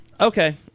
Okay